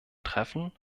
treffen